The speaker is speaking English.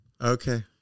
Okay